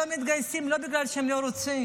לא מתגייסים לא בגלל שהם לא רוצים,